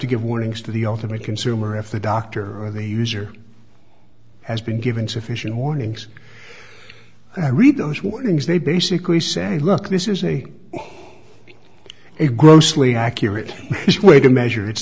to give warnings to the ultimate consumer if the doctor or the user has been given sufficient warnings i read those warnings they basically say look this is a a grossly accurate way to measure it's